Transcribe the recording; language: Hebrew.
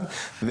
5,000 משפחות.